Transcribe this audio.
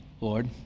Lord